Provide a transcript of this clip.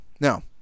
Now